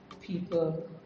people